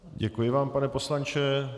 Děkuji vám, pane poslanče.